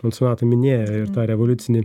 francua tai minėjo ir tą revoliucinį